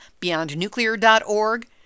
beyondnuclear.org